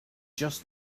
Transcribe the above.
just